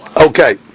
Okay